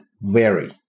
vary